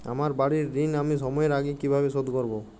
আমার বাড়ীর ঋণ আমি সময়ের আগেই কিভাবে শোধ করবো?